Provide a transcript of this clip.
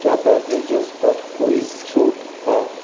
क्या बेवरेजेस पर कोई छूट है